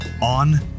on